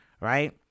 Right